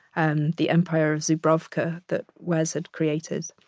and the empire of zubrowka that wes had created.